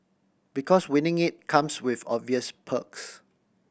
because winning it comes with obvious perks